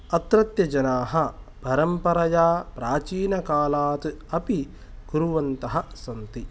अत्रत्यजनाः परम्परया प्राचीनकालात् अपि कुर्वन्तः सन्ति